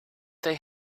they